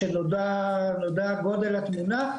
כשנודע גדול התמונה,